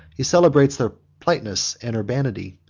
he celebrates their politeness and urbanity,